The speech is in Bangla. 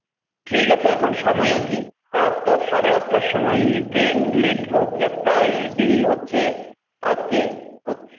ঠিক আছে এখন সময় আছে রাত সাড়ে আটটার সময় ট্রেন লেট হচ্ছে প্রায় দেরি হচ্ছে আসতে